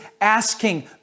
asking